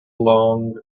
long